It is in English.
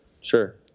sure